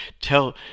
tell –